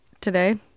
today